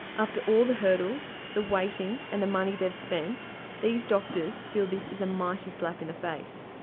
after all the hurdles, the waiting and the money they've spent these doctors feel this is a mighty slap in the face.